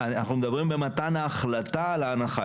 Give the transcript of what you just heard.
אנחנו מדברים על מתן ההחלטה על הנחה,